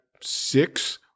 six